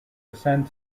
descend